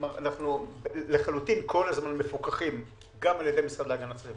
אנחנו לחלוטין כל הזמן מפוקחים גם על ידי המשרד להגנת הסביבה.